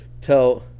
tell